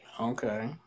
okay